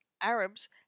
Arabs